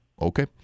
Okay